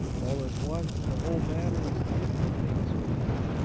all at once the whole matter is differently explained,